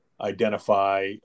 identify